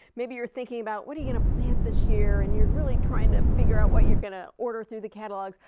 maybe you are thinking about what are you going to plant this year, and you are really trying to figure out what you are going to order through the catalogs.